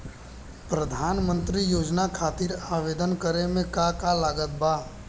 प्रधानमंत्री योजना खातिर आवेदन करे मे का का लागत बा?